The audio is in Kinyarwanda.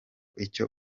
icyo